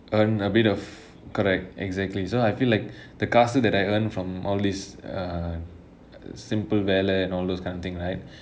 earn a bit of correct exactly so I feel like the காசு:kaasu that I earn from all this err simple வேலை:velai and all those kind of thing right